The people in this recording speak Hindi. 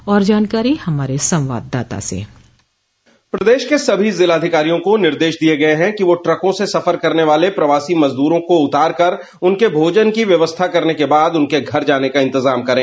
और जानकारी हमारे संवाददाता से प्रदेश के सभी जिला अधिकारियों को निर्देश दिए गए हैं कि वह ट्रकों से सफर करने वाले प्रवासी मजदूरों को उतारकर उनके भोजन की व्यवस्था करने के बाद उनके घर जाने का इंतजाम करें